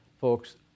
Folks